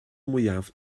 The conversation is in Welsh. mwyaf